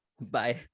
bye